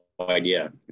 idea